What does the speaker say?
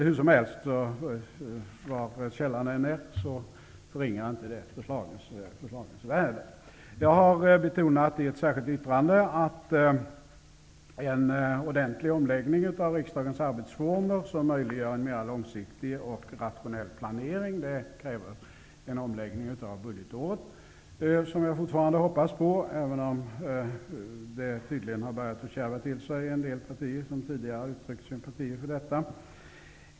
Hur som helst, oberoende av vad som är källan förringas inte förslagets värde. Jag har i ett särskilt yttrande betonat att det behövs en ordentlig omläggning av riksdagens arbetsformer som möjliggör en mer långsiktig och rationell planering. Det kräver en omläggning av budgetåret, något som jag fortfarande hoppas på, även om det tydligen har börjat att kärva till sig hos en del partier som tidigare har uttryckt sypmatier för detta.